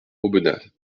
aubenas